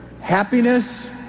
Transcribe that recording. happiness